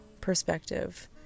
perspective